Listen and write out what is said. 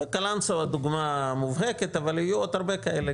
קלנסווה דוגמה מובהקת אבל יהיו עוד הרבה כאלה,